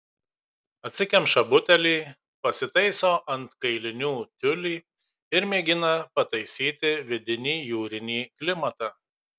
atsikemša butelį pasitaiso ant kailinių tiulį ir mėgina pataisyti vidinį jūrinį klimatą